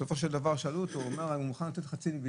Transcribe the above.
בסופו של דבר הוא אמר: אני מוכן לתת חצי מן